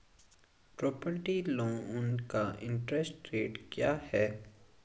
Property loan का interest rate क्या है?